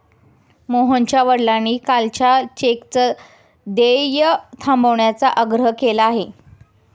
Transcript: मोहनच्या वडिलांनी कालच्या चेकचं देय थांबवण्याचा आग्रह केला आहे